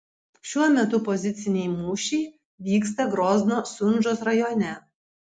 šiuo metu poziciniai mūšiai vyksta grozno sunžos rajone